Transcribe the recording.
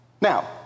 Now